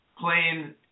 playing